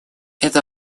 это